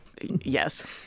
Yes